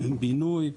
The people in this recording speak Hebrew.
בינוי.